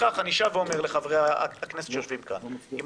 ולפיכך אני שב ואומר לחברי הכנסת שיושבים כאן: אם